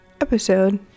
episode